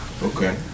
Okay